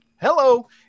Hello